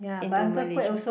into Malaysia